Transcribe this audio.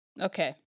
Okay